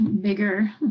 bigger